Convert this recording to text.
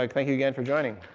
like thank you again for joining.